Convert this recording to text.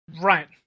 Right